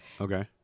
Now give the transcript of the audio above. Okay